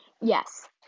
Yes